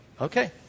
okay